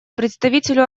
представителю